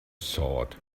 thought